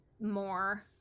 more